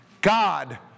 God